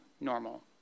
normal